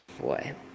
Boy